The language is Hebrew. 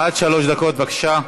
עד שלוש דקות, בבקשה.